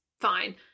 fine